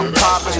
pop